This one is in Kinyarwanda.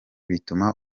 bituma